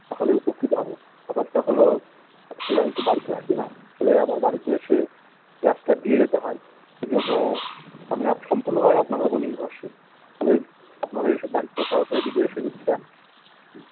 তাহলে উপকৃত হব ব্যাপারটা হল অ্যাকচুয়ালি আমি তো বাড়িতে থাকি না ফলে আমার বাড়িতে এসে গ্যাসটা দিয়ে যেতে হয় সেই জন্য আমি আপ সম্পূর্ণভাবে আপনাদের ওপর নির্ভরশীল ফলে আপনারা এসে দায়িত্ব সহকারে যদি এসে যদি দেন হুম